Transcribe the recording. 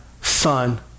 son